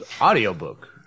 audiobook